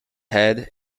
head